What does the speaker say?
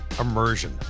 Immersion